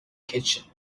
kitchen